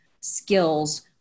skills